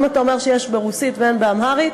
אם אתה אומר שיש ברוסית ואין באמהרית,